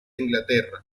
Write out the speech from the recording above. inglaterra